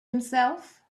himself